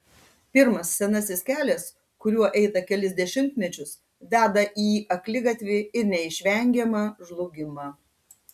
pirmas senasis kelias kuriuo eita kelis dešimtmečius veda į akligatvį ir neišvengiamą žlugimą